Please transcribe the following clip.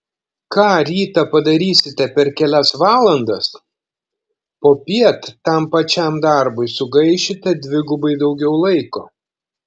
ką rytą padarysite per kelias valandas popiet tam pačiam darbui sugaišite dvigubai daugiau laiko